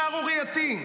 שערורייתי,